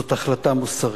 זאת החלטה מוסרית.